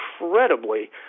incredibly